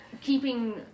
keeping